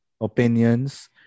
opinions